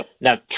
Now